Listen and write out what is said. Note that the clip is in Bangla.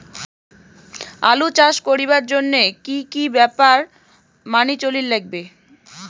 আলু চাষ করিবার জইন্যে কি কি ব্যাপার মানি চলির লাগবে?